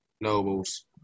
nobles